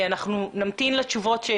אנחנו נמתין לתשובות.